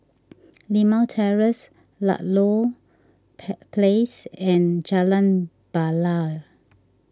Limau Terrace Ludlow Place and Jalan Bilal